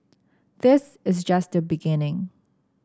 this is just the beginning